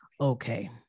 okay